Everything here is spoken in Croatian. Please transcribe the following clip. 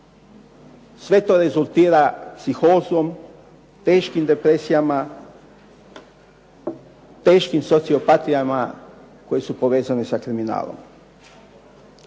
Sve to rezultira psihozom, teškim depresijama, teškim sociopatijama koje su povezane sa kriminalom.